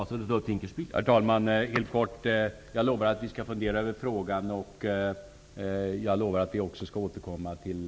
Herr talman! Jag lovar att vi skall fundera över frågan. Jag lovar också att vi skall återkomma till